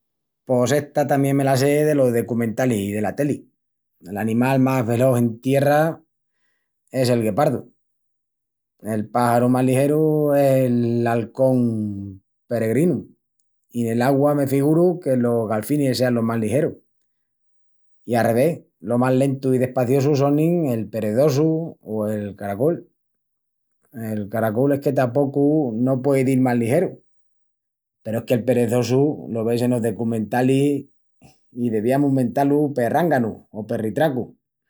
Pos esta tamién me la sé delos decumentalis dela teli… L'animal mas velós en tierra es el guepardu. El páxaru más ligeru es l'alcón peregrinu. I nel augua me figuru que los galfinis sean los más ligerus. I a revés, los más lentus i despaciosus sonin el perezosu, o el caracul. El caracul es que tapocu no puei dil más ligeru peru es que el perezosu lo ves enos decumentalis... i deviamus mentá-lu perránganu o perritracu.